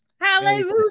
Hallelujah